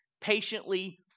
patiently